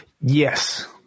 Yes